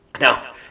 Now